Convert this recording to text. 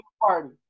party